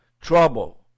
trouble